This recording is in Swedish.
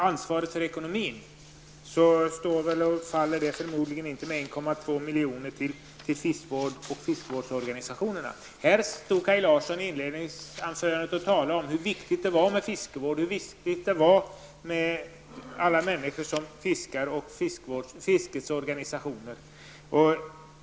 Ansvaret för ekonomin står förmodligen inte och faller med 1,2 miljoner till fiskevård och fiskevårdsorganisationerna. I sitt inledningsanförande talade Kaj Larsson om hur viktigt det är med fiskevård, alla människor som fiskar och fiskets organisationer.